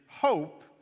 Hope